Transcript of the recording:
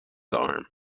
arm